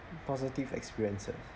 positive experiences